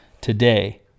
today